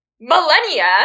millennia